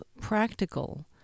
practical